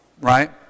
right